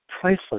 priceless